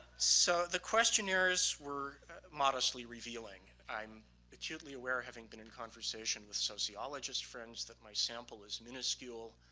so the questionnaires were modestly revealing. i'm acutely aware having been in conversation with sociologists friends that my sample is minuscule.